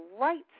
right